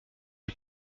est